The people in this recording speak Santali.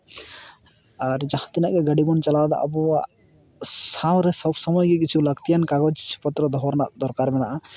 ᱟᱨ ᱡᱟᱦᱟᱸᱛᱤᱱᱟᱹᱜ ᱜᱮ ᱜᱟᱹᱰᱤ ᱵᱚᱱ ᱪᱟᱞᱟᱣᱮᱫᱟ ᱟᱵᱚᱣᱟᱜ ᱥᱟᱶᱨᱮ ᱥᱚᱵ ᱥᱚᱢᱚᱭ ᱜᱮ ᱠᱤᱪᱷᱩ ᱞᱟᱹᱠᱛᱤᱭᱟᱱ ᱠᱟᱜᱚᱡᱽ ᱯᱚᱛᱛᱨᱚ ᱠᱚ ᱫᱚᱦᱚ ᱨᱮᱱᱟᱜ ᱫᱚᱨᱠᱟᱨ ᱢᱮᱱᱟᱜᱼᱟ